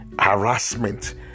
harassment